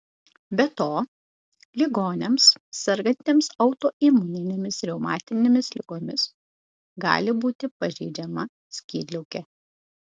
be to ligoniams sergantiems autoimuninėmis reumatinėmis ligomis gali būti pažeidžiama skydliaukė